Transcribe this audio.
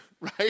right